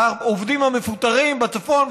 העובדים המפוטרים בצפון,